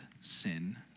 sin